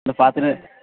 வந்து பார்த்துட்டு